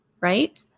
right